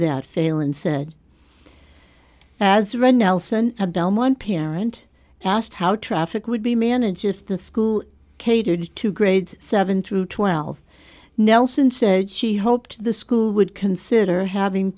that fail and set as red nelson a bell one parent asked how traffic would be managed if the school catered to grades seven through twelve nelson said she hoped the school would consider having